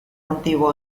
antiguo